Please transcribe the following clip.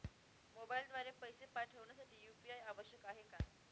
मोबाईलद्वारे पैसे पाठवण्यासाठी यू.पी.आय आवश्यक आहे का?